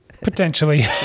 Potentially